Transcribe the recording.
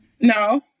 No